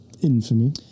Infamy